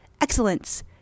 excellence